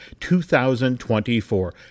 2024